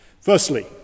firstly